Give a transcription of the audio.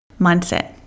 Mindset